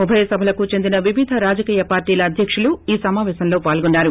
ఉభయ సభలకు చెందిన వివిధ రాజకీయ పార్షీల అధ్యకులు ఈ సమాపేశంలో పాల్గొన్నారు